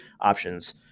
options